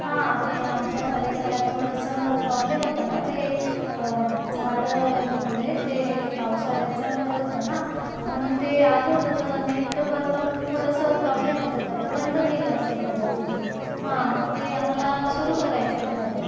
हां ते आमच्या परिसरात थोडंसं प्रॉब्लेम होता ना ते झाडंमुळे ते पावसाळ्याचं हे होतं ना म्हणून ते आलं होतं त नेटवर थोडंसं प्रॉब्लेम येत होता तर बंद केलं असेल कदाचित हां मग ते आम्हाला सुरू करायचंय परत